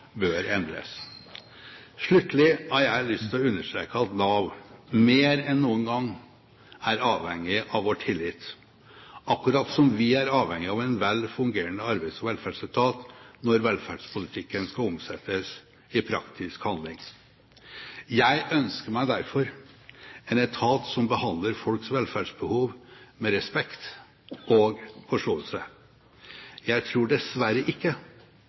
bør endres. Sluttelig har jeg lyst til å understreke at Nav mer enn noen gang er avhengig av vår tillit, akkurat som vi er avhengig av en velfungerende arbeids- og velferdsetat når velferdspolitikken skal omsettes i praktisk handling. Jeg ønsker meg derfor en etat som behandler folks velferdsbehov med respekt og forståelse. Jeg tror dessverre ikke